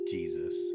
Jesus